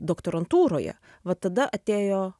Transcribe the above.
doktorantūroje vat tada atėjo